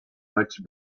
much